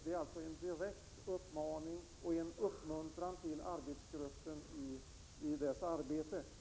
Det är alltså en direkt uppmaning och en uppmuntran till arbetsgruppen i dess arbete.